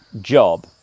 job